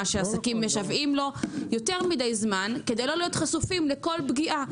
שעסקים משוועים לו יותר מדי זמן כדי לא להיות חשופים לכל פגיעה.